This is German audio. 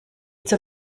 zur